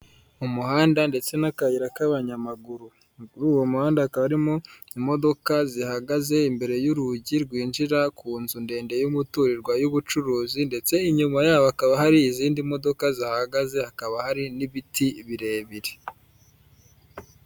Umuhanda ndetse n'akayira k'abanyamaguru, muri uwo muhanda hakaba harimo imodoka zihagaze imbere y'urugi rwinjira ku nzu ndende y'umuturirwa y'ubucuruzi ndetse inyuma yaho hakaba hari izindi modoka zihagaze, hakaba hari n'ibiti birebire.